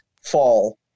fall